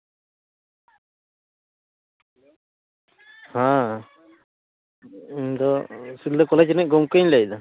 ᱦᱮᱸ ᱤᱧ ᱫᱚ ᱥᱤᱞᱫᱟᱹ ᱠᱚᱞᱮᱡᱽ ᱨᱤᱱᱤᱡ ᱜᱚᱝᱠᱮᱧ ᱞᱟᱹᱭᱫᱟ